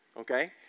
okay